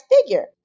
figure